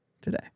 today